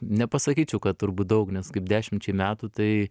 nepasakyčiau kad turbūt daug nes kaip dešimčiai metų tai